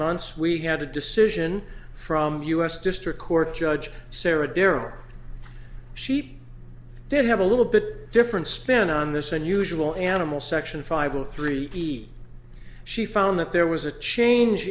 months we had a decision from the u s district court judge sara daryl she did have a little bit different spin on this unusual animal section five zero three d she found that there was a change